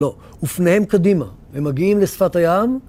לא, אופניהם קדימה, הם מגיעים לשפת הים.